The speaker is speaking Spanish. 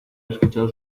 escuchado